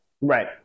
right